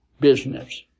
business